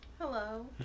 hello